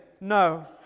no